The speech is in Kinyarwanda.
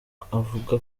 avuga